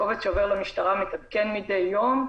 הקובץ שעובר למשטרה מתעדכן מדי יום,